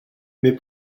mais